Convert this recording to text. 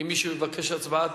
אם מישהו יבקש הצבעה.